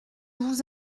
vous